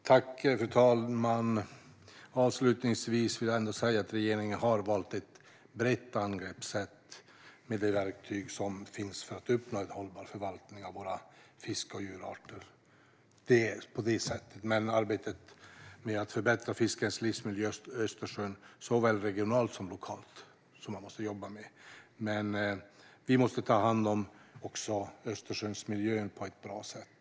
Fru talman! Avslutningsvis vill jag säga att regeringen har valt ett brett angreppssätt med de verktyg som finns för att uppnå en hållbar förvaltning av våra fisk och djurarter. Men man måste jobba såväl regionalt som lokalt för att förbättra fiskens livsmiljö i Östersjön. Vi måste också ta hand om Östersjöns miljö på ett bra sätt.